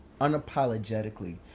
unapologetically